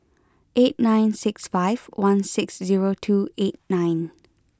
eight nine six five one six zero two eight nine